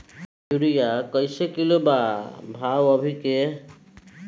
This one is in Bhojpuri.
यूरिया कइसे किलो बा भाव अभी के?